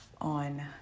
on